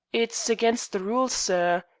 it's against the rules, sir.